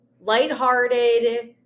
lighthearted